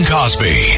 Cosby